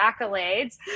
accolades